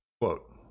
Quote